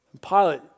Pilate